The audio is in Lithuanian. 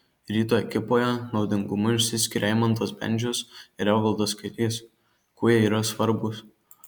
ryto ekipoje naudingumu išsiskiria eimantas bendžius ir evaldas kairys kuo jie yra svarbūs